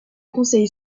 conseil